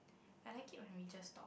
I like it and we just talk